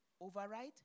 override